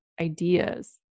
ideas